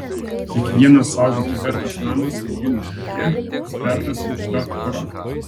kiekvienas saugoti vertas namas vindhuke aptvertas aukšta tvora